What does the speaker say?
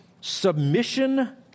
submission